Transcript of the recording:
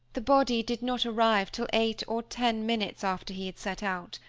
the body did not arrive till eight or ten minutes after he had set out.